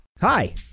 Hi